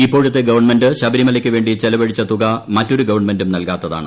ഇപ്പോഴത്തെ ഗവൺമെന്റ് ശബരിമലയ്ക്കുവേണ്ടി ചെലവഴിച്ച തുക മറ്റൊരു ഗവൺമെന്റും നൽകാത്തതാണ്